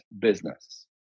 business